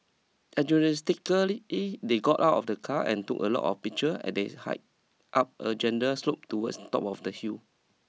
Enthusiastically they got out of the car and took a lot of picture as they hiked up a gentle slope towards the top of the hill